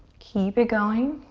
keep it going.